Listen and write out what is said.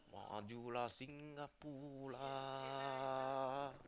majulah Singapura